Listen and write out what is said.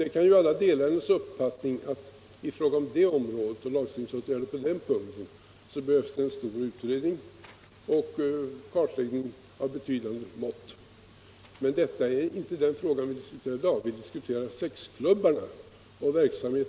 Vi kan alla dela hennes uppfattning i fråga om lagstiftning Men detta är inte den fråga vi diskuterar i dag. Vi diskuterar sexklubbarna Onsdagen den och deras verksamhet.